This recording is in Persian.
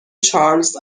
چارلز